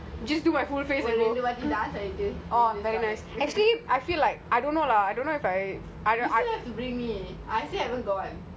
why don't you go just for the sake of putting makeup ஒரு ரெண்டு வாடி:oru rendu vaati dance ஆடிட்டு:aaditu